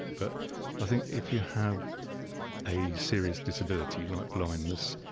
but i think if you have a serious disability, like blindness,